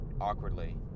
awkwardly